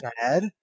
bad